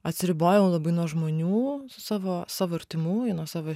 atsiribojau labai nuo žmonių savo savo artimųjų nuo savo